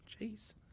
Jeez